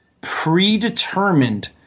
predetermined